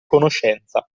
conoscenza